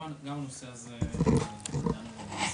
גם הנושא הזה נידון במשרד,